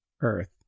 Earth